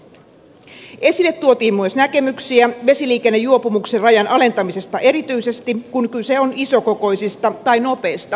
esille tuotiin myös näkemyksiä vesiliikennejuopumuksen rajan alentamisesta erityisesti kun kyse on isokokoisista tai nopeista huviveneistä